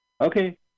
Okay